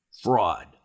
fraud